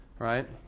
Right